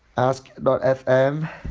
ask but fm.